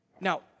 Now